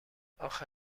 اخه